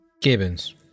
Gibbons